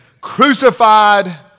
crucified